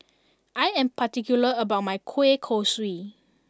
I am particular about my Kueh Kosui